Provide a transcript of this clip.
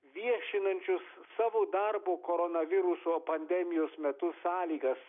viešinančius savo darbo koronaviruso pandemijos metu sąlygas